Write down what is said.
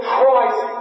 Christ